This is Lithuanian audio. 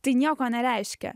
tai nieko nereiškia